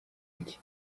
iki